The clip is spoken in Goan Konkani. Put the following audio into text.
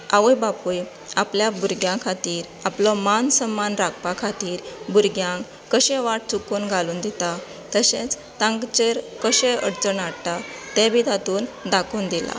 आवय बापूय आपल्या भुरग्यां खातीर आपलो मान सम्मान राखपा खातीर भुरग्यांक कशें वाट चुकोवन घालून दिता तेच तांचेर कशे अडचण हाडटात ते बी तातूंत दाखोवन दिला